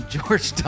George